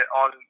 on